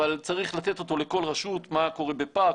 אבל צריך לתת אותו לכל רשות מה קורה בפארק?